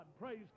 Praise